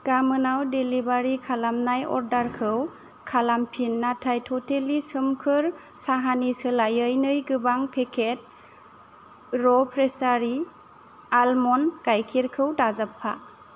गामोनाव delivery खालामनाय अर्डारखौ खालामफिन नाथाय ट'टेलि सोमखोर साहानि सोलायै नै गोबां पेकट र' प्रेसारी आलमन्ड गाइखेरखौ दाजाबफा